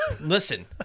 Listen